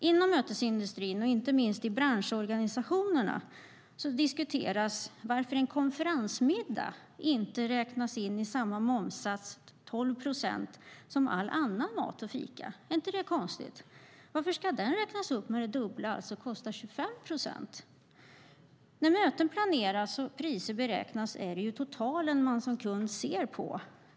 Inom mötesindustrin, och inte minst inom branschorganisationerna, diskuteras varför en konferensmiddag inte har samma momssats, 12 procent, som all annan mat och fika. Är inte det konstigt? Varför ska den momsen räknas upp med det dubbla och alltså vara 25 procent? När möten planeras och priser beräknas är det ju totalsumman man ser på som kund.